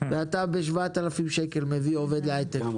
ואתה ב-7,000 שקל מביא עובד להייטק.